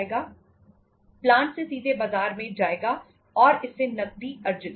plant से सीधे बाजार में जाएगा और इससे नकदी अर्जित होगी